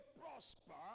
prosper